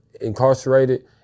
incarcerated